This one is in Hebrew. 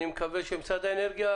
אני מקווה שמשרד האנרגיה,